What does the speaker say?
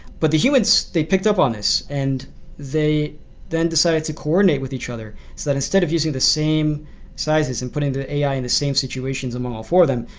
but the humans, they picked up on this and they then decided to coordinate with each other, so that instead of using the same sizes and putting the ai in the same situations among all four of them,